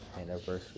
anniversary